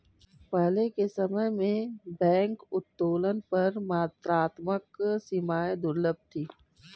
पहले के समय में बैंक उत्तोलन पर मात्रात्मक सीमाएं दुर्लभ थीं